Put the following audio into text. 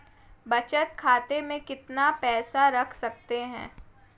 बचत खाते में कितना पैसा रख सकते हैं?